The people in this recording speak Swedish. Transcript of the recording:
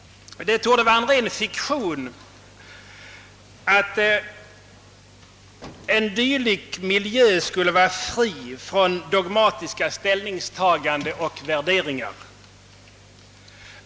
Det torde vara en ren fiktion att en dylik miljö skulle vara fri från dogmatiska ställningstaganden och värderingar.